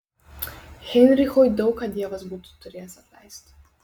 heinrichui daug ką dievas būtų turėjęs atleisti